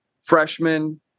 freshman